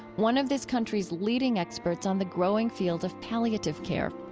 one of this country's leading experts on the growing field of palliative care.